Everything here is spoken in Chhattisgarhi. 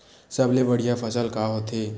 सबले बढ़िया फसल का होथे?